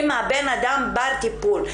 האם האדם בר טיפול.